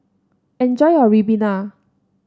enjoy your Ribena